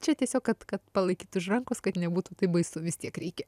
čia tiesiog kad kad palaikyt už rankos kad nebūtų taip baisu vis tiek reikia